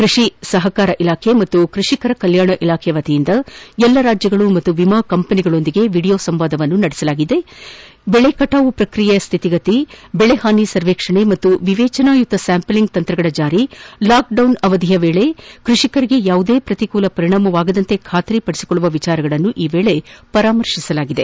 ಕ್ವಷಿ ಸಹಕಾರ ಇಲಾಖೆ ಮತ್ತು ಕೃಷಿಕರ ಕಲ್ವಾಣ ಇಲಾಖೆಯ ವತಿಯಿಂದ ಎಲ್ಲ ರಾಜ್ಯಗಳು ಮತ್ತು ವಿಮಾ ಕಂಪನಿಗಳೊಂದಿಗೆ ವೀಡಿಯೋ ಸಂವಾದವನ್ನು ನಡೆಸಲಾಗಿದ್ದು ಬೆಳೆ ಕಟಾವು ಪ್ರಕ್ರಿಯೆಯ ಸ್ವಿತಿಗತಿ ಬೆಳೆ ಹಾನಿ ಸರ್ವೇಕ್ಷಣೆ ಮತ್ತು ವಿವೇಚನಾಯುತ ಸ್ಕಾಂಪಲಿಂಗ್ ತಂತ್ರಗಳ ಜಾರಿ ಲಾಕ್ಡೌನ್ ಅವಧಿಯ ವೇಳೆ ಕೃಷಿಕರಿಗೆ ಯಾವುದೇ ಪ್ರತಿಕೂಲ ಪರಿಣಾಮವಾಗದಂತೆ ಖಾತರಿಪಡಿಸಿಕೊಳ್ಳುವ ವಿಷಯಗಳನ್ನು ಈ ವೇಳೆ ಪರಾಮರ್ಶಿಸಲಾಗಿದೆ